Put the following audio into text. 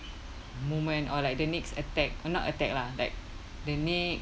moment or like the next attack uh not attack lah like the next